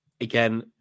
again